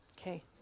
Okay